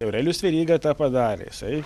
aurelijus veryga tą padarė jisai